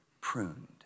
pruned